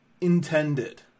intended